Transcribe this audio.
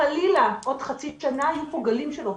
חלילה עוד חצי שנה יהיו פה גלים של אובדנות.